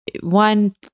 one